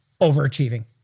overachieving